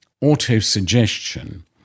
auto-suggestion